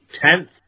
tenth